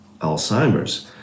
Alzheimer's